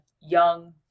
young